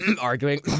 arguing